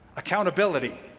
accountability,